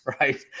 right